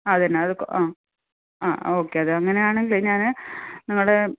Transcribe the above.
അതുതന്നെ അത് ആ ആ ഓക്കെ അതങ്ങനെയാണെങ്കിലേ ഞാൻ നിങ്ങളെ